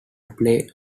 play